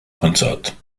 konzert